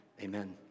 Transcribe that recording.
Amen